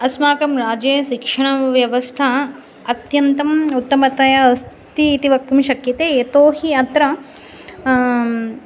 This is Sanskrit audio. अस्माकं राज्ये सिक्षणव्यवस्था अत्यन्तम् उत्तमतया अस्ति इति वक्तुं शक्यते यतो हि अत्र